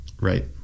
Right